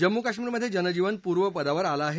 जम्मू काश्मीर मध्ये जनजीवन पूर्वपदावर आलं आहे